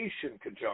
conjunction